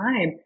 time